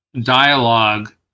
dialogue